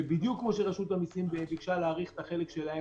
שבדיוק כמו שרשות המיסים ביקשה להאריך את החלק שלה,